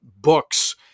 books